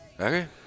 Okay